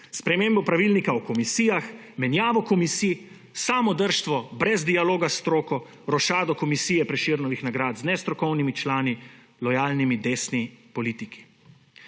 spremembo pravilnika o komisijah, menjavo komisij, samodrštvo brez dialoga s stroko, rošado komisije Prešernovih nagrad z nestrokovnimi člani, lojalnimi desni politiki.